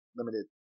limited